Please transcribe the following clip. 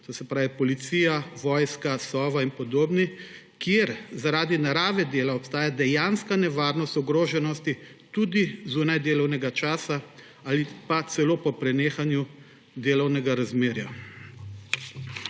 to se pravi policija, vojska, Sova in podobni, kjer zaradi narave dela obstaja dejanska nevarnost ogroženosti tudi zunaj delovnega časa ali pa celo po prenehanju delovnega razmerja.